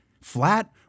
flat